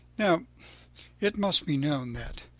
now it must be known that,